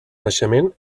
naixement